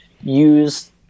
use